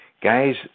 Guys